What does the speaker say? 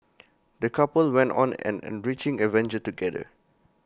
the couple went on an enriching adventure together